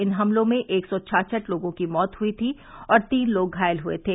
इन हमलों में एक सौ छाछठ लोगों की मौत हुई थी और तीन लोग घायल हुए थे